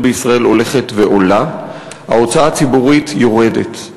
בישראל הולכת ועולה ואילו ההוצאה הציבורית יורדת.